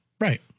Right